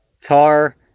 tar